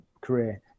career